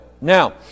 Now